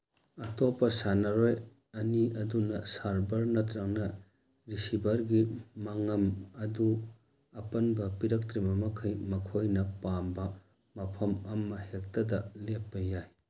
ꯑꯇꯣꯞꯄ ꯁꯥꯟꯅꯔꯣꯏ ꯑꯅꯤ ꯑꯗꯨꯅ ꯁꯥꯔꯕꯔ ꯅꯠꯇ꯭ꯔꯒꯅ ꯔꯤꯁꯤꯕꯔꯒꯤ ꯃꯉꯝ ꯑꯗꯨ ꯑꯄꯟꯕ ꯄꯤꯔꯛꯇ꯭ꯔꯤꯕ ꯃꯈꯩ ꯃꯈꯣꯏꯅ ꯄꯥꯝꯕ ꯃꯐꯝ ꯑꯃ ꯍꯦꯛꯇꯗ ꯂꯦꯞꯄ ꯌꯥꯏ